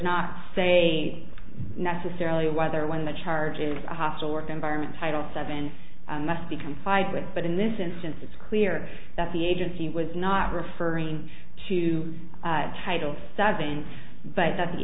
not say necessarily whether when the charge is a hostile work environment title seven must become five with but in this instance it's clear that the agency was not referring to title seven but that the